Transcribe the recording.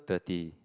thirty